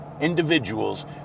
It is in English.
individuals